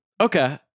Okay